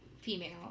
female